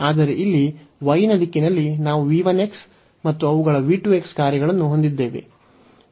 ಆದರೆ ಇಲ್ಲಿ y ನ ದಿಕ್ಕಿನಲ್ಲಿ ನಾವು v 1 ಮತ್ತು ಅವುಗಳ v 2 ಕಾರ್ಯಗಳನ್ನು ಹೊಂದಿದ್ದೇವೆ